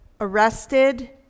arrested